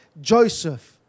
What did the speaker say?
Joseph